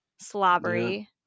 slobbery